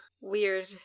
Weird